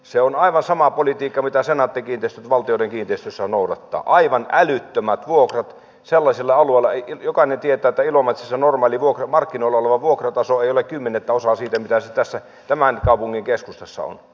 se on aivan samaa politiikkaa mitä senaatti kiinteistöt valtioiden kiinteistöissä noudattaa aivan älyttömät vuokrat sellaisilla alueilla jokainen tietää että ilomantsissa normaalimarkkinoiden vuokrataso ei ole kymmenettä osaa siitä mitä se tämän kaupungin keskustassa on